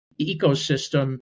ecosystem